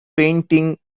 painting